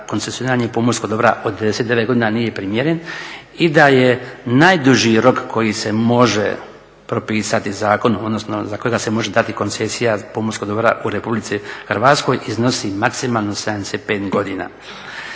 koncesioniranje pomorskog dobra od 99 godina nije primjeren i da je najduži rok koji se može propisati zakon odnosno za koji se može dati koncesija pomorskog dobra u RH iznosi maksimalno 75 godina.